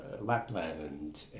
Lapland